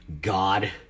God